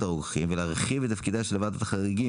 הרוקחים ולהרחיב את תפקידיה של ועדת החריגים,